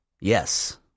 Yes